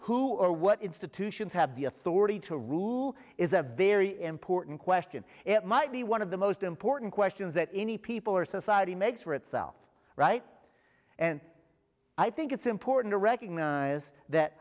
who or what institutions have the authority to rule is a very important question it might be one of the most important questions that any people or society makes for itself right and i think it's important to recognize is that